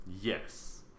Yes